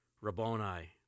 Rabboni